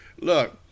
look